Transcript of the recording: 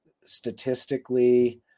statistically